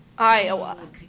Iowa